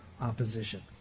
opposition